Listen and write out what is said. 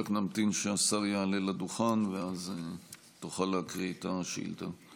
רק נמתין שהשר יעלה לדוכן ואז תוכל להקריא את השאילתה.